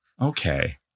okay